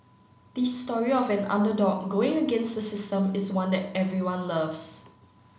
the story of an underdog going against the system is one that everyone loves